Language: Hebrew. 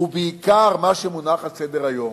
ובעיקר מה שמונח על סדר-היום,